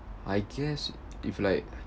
I guess if like